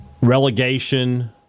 Relegation